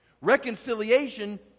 reconciliation